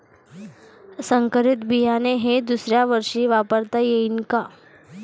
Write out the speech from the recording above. संकरीत बियाणे हे दुसऱ्यावर्षी वापरता येईन का?